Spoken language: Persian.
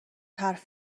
حرف